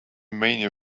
mania